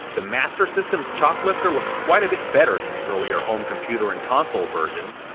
the master system's choplifter looks quite a bit better than the earlier home computer and console versions,